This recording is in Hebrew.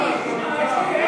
המדינה ולשכתו,